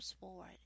sword